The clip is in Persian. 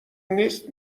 نیست